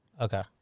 Okay